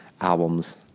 albums